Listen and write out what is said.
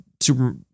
Super